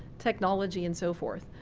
technology and so forth.